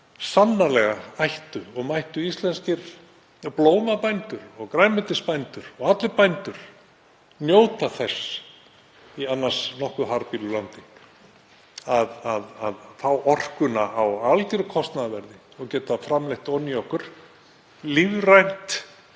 sannarlega ættu og mættu íslenskir blómabændur og grænmetisbændur og allir bændur njóta þess í annars nokkuð harðbýlu landi að fá orkuna á algjöru kostnaðarverði og geta framleitt ofan í okkur lífrænt